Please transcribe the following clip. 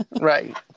Right